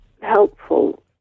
helpful